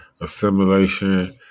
Assimilation